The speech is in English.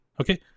okay